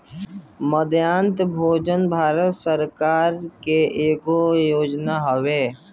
मध्याह्न भोजन योजना भारत सरकार के एगो योजना हवे